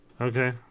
Okay